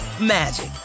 magic